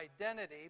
identity